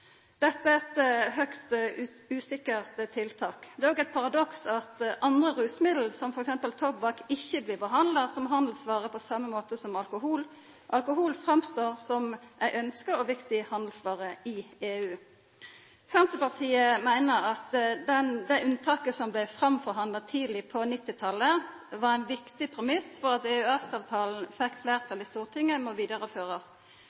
Dette er eit høgst usikkert tiltak. Det er òg eit paradoks at andre rusmiddel, som f.eks. tobakk, ikkje blir behandla som handelsvare på same måten som alkohol. Alkohol framstår som ei ønskt og viktig handelsvare i EU. Senterpartiet meiner at det unnataket som blei framforhandla tidleg på 1990-talet, var ein viktig premiss for at EØS-avtalen fekk